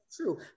true